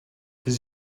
his